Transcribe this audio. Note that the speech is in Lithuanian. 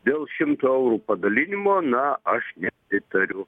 dėl šimto eurų padalinimo na aš nepritariu